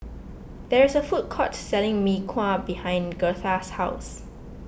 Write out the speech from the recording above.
there is a food court selling Mee Kuah behind Girtha's house